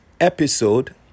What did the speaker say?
episode